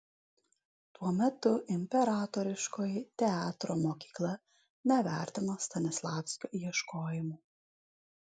tuo metu imperatoriškoji teatro mokykla nevertino stanislavskio ieškojimų